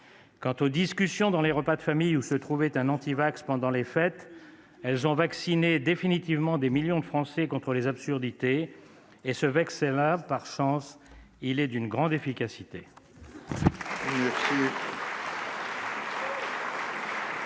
Quant aux discussions dans les repas de famille où se trouvait un antivax pendant les fêtes, elles ont définitivement vacciné des millions de Français contre les absurdités. Or ce vaccin-là, par chance, est d'une grande efficacité